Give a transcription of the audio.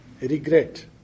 regret